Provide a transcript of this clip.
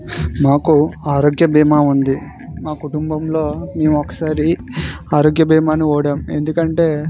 మాకు ఆరోగ్య భీమా ఉంది మా కుటుంబంలో మేము ఒకసారి ఆరోగ్య భీమాను వాడాము ఎందుకంటే